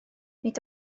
nid